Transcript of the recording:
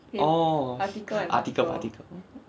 orh article article